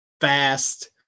fast